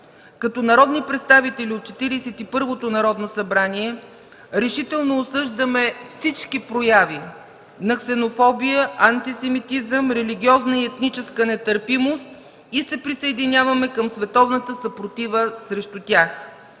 Като народни представители от Четиридесет и първото Народно събрание решително осъждаме всички прояви на ксенофобия, антисемитизъм, религиозна и етническа нетърпимост и се присъединяваме към световната съпротива срещу тях.